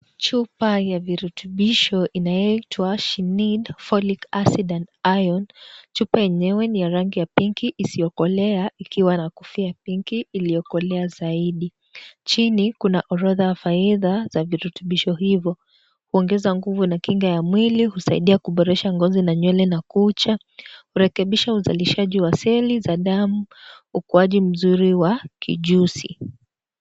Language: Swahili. Chupa ya virutubisho inaitwa SHE NEED Folic acid and iron chupa yenyewe ni ya rangi ya pinki isiyokolea, ikiwa na kofia ya pinki iliyokolea zaidi. Chini kuna orodha ya faida za virutubisho hivyo kuongeza nguvu na kinga ya mwili husaidia kuboresha ngozi na nywele na kucha ,kurekebisha uzalishaji wa seli za damu ukuwaji mzuri wa kijusi.